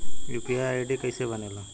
UPI ID कैसे बनेला?